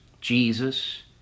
Jesus